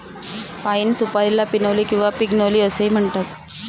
पाइन सुपारीला पिनोली किंवा पिग्नोली असेही म्हणतात